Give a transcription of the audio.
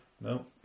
no